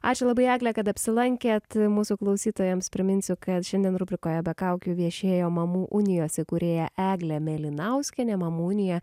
ačiū labai egle kad apsilankėt mūsų klausytojams priminsiu kad šiandien rubrikoje be kaukių viešėjo mamų unijos įkūrėja eglė mėlinauskienė mamų unija